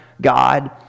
God